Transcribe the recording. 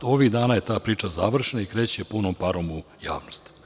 Ovih dana je ta priča završena i kreće punom parom u javnost.